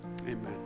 Amen